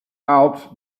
out